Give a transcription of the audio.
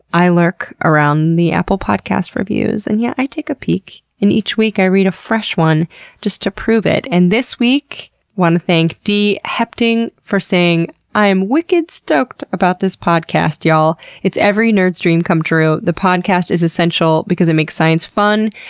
i lurk around the apple podcast reviews and yeah, i take a peek, and each week i read a fresh one just to prove it, and this thank d. hepting for saying i am wicked stoked about this podcast, y'all. it's every nerd's dream come true. the podcast is essential because it makes science fun.